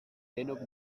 denok